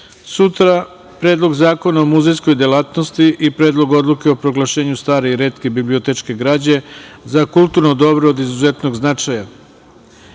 radimo Predlog zakona o muzejskoj delatnosti i Predlog odluke o proglašenju stare i retke bibliotečke građe za kulturno dobro od izuzetnog značaja.U